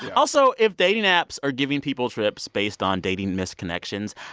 also if dating apps are giving people trips based on dating misconnections,